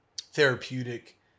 therapeutic